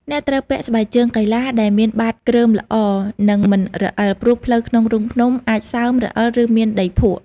អ្នកត្រូវពាក់ស្បែកជើងកីឡា ដែលមានបាតគ្រើមល្អនិងមិនរអិល ព្រោះផ្លូវក្នុងរូងភ្នំអាចសើម រអិល ឬមានដីភក់។